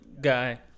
guy